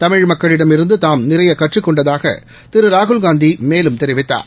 தமிழ் மக்களிடம் இருந்து தாம் நிறைய கற்றுக் கொண்டதாக திரு ராகுல் காந்தி மேலும் தெரிவித்தார்